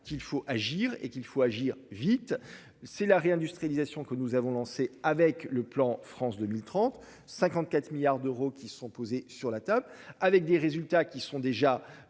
qu'il faut agir et qu'il faut agir vite. Si la réindustrialisation que nous avons lancée avec le plan France 2030, 54 milliards d'euros qui sont posés sur la table avec des résultats qui sont déjà